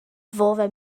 fore